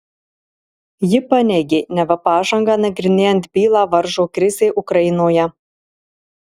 ji paneigė neva pažangą nagrinėjant bylą varžo krizė ukrainoje